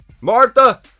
Martha